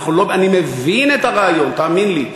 אני מבין את הרעיון, תאמין לי.